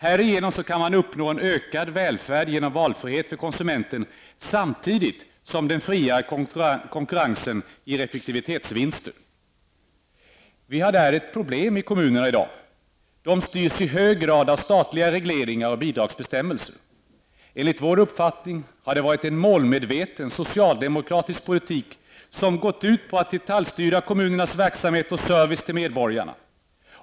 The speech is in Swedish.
Härigenom kan man uppnå ökad välfärd genom valfrihet för konsumenten samtidigt som den friare konkurrensen ger effektivitetsvinster. Vi har där ett problem i kommunerna i dag. De styrs i hög grad av statliga regleringar och bidragsbestämmelser. Enligt vår uppfattning har det varit en målmedveten socialdemokratisk politik som har gått ut på att detaljstyra kommunernas verksamhet och service till medborgarna.